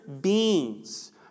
beings